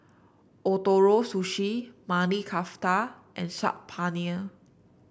Ootoro Sushi Maili Kofta and Saag Paneer